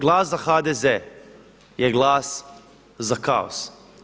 Glas za HDZ je glas za kaos.